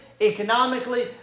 economically